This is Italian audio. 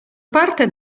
parte